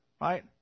right